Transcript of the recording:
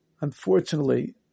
unfortunately